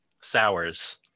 sours